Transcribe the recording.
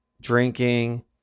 drinking